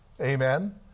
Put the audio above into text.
Amen